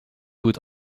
put